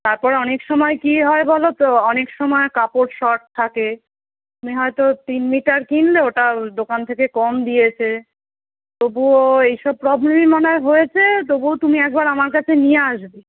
তারপরে অনেক সময় কী হয় বলো তো অনেক সময় কাপড় শর্ট থাকে তুমি হয়তো তিন মিটার কিনলো ওটা দোকান থেকে কম দিয়েছে তবুও এইসব প্রবলেমই মনে হয় হয়েছে তবুও তুমি একবার আমার কাছে নিয়ে আসবে